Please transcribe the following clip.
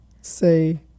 say